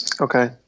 Okay